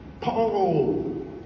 Paul